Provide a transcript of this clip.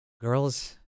girls